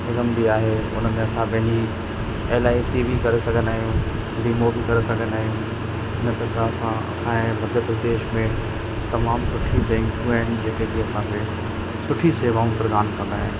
बि आहे उन में असां पंहिंजी एलआईसी बि करे सघंदा आहियूं वीमो बि करे सघंदायूं इन प्रकार सां असांए मधय प्रदेश में तमामु सुठियूं बैंकू आहिनि जिते की असांखे सुठी शेवाऊं प्रदान कंदा आहिनि